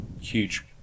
huge